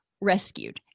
rescued